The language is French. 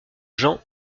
jean